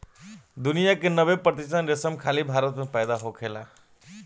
दुनिया के नब्बे प्रतिशत रेशम खाली भारत में पैदा होखेला